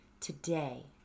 Today